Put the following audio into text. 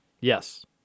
Yes